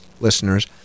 listeners